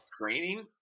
Training